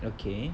okay